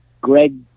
Greg